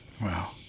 Wow